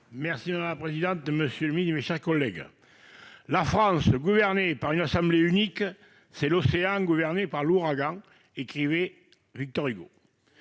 Requier. Madame la présidente, monsieur le ministre, mes chers collègues, « la France gouvernée par une assemblée unique, c'est l'océan gouverné par l'ouragan », écrivait Victor Hugo.